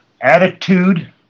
attitude